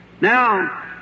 Now